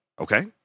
Okay